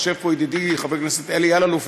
יושב פה ידידי חבר הכנסת אלי אלאלוף,